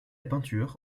peinture